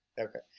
Okay